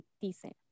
decent